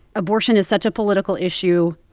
abortion is such a political issue,